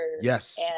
yes